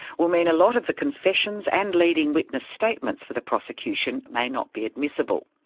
will mean a lot of the confessions and leading witness statements for the prosecution may not be admissible.